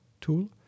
tool